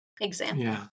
example